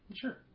Sure